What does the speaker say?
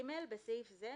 (ג)בסעיף זה,